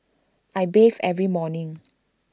I bathe every morning